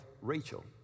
Rachel